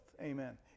Amen